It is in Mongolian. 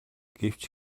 гэвч